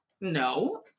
no